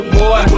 boy